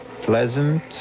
pleasant